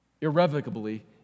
irrevocably